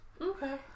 Okay